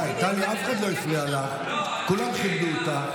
טלי, אף אחד לא הפריע לך, כולם כיבדו אותך.